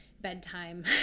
bedtime